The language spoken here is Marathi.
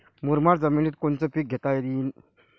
मुरमाड जमिनीत कोनचे पीकं घेता येईन?